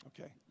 Okay